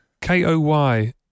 K-O-Y